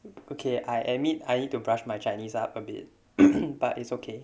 okay I admit I need to brush my chinese up a bit but it's okay